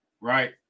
right